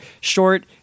short